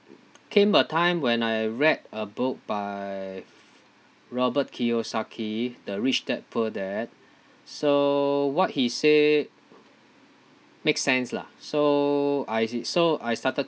came a time when I read a book by robert kiyosaki the rich dad poor dad so what he said makes sense lah so I said s~ so I started